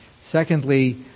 Secondly